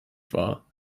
war